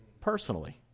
personally